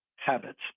habits